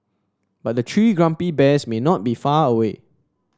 but the three grumpy bears may not be far away